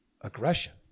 aggression